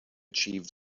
achieve